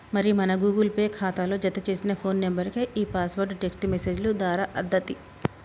మరి మన Google Pay ఖాతాలో జతచేసిన ఫోన్ నెంబర్కే ఈ పాస్వర్డ్ టెక్స్ట్ మెసేజ్ దారా అత్తది